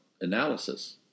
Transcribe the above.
analysis